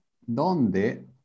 Dónde